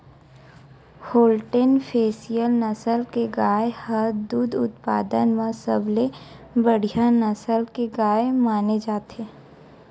Holstein Friesian नसल के गाय ह दूद उत्पादन म सबले बड़िहा नसल के गाय माने जाथे